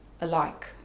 alike